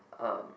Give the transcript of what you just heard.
um